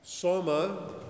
Soma